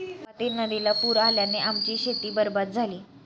गावातील नदीला पूर आल्याने आमची शेती बरबाद झाली